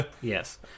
Yes